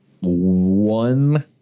One